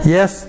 Yes